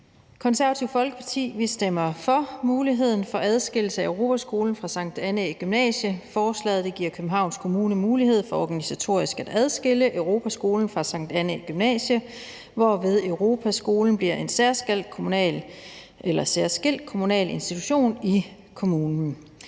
Konservative Folkeparti stemmer for muligheden for adskillelse af Europaskolen fra Sankt Annæ Gymnasium. Forslaget giver Københavns Kommune mulighed for organisatorisk at adskille Europaskolen fra Sankt Annæ Gymnasium, hvorved Europaskolen bliver en særskilt kommunal institution i kommunen.